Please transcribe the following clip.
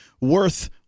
worth